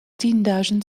tienduizend